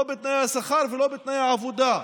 לא בתנאי השכר ולא בתנאי העבודה?